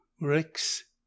rex